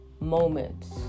moments